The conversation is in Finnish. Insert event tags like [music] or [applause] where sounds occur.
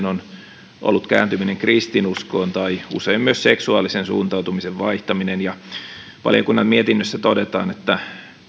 [unintelligible] on ollut kääntyminen kristinuskoon tai usein myös seksuaalisen suuntautumisen vaihtaminen valiokunnan mietinnössä todetaan että